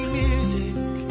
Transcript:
music